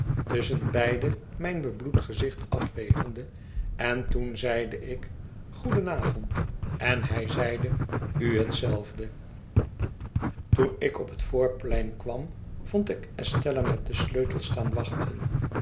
tusschenbeide mijn bebloed gezicht afvegende en toen zeide ik goedenavond en hij zeide u hetzelfde toen ik op het voorplein kwam vond ik estella met de sleutels staan wachten